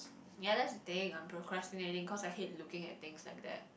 the other thing I'm procrastinating cause I hate looking at things like that